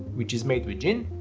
which is made with gin,